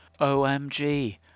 OMG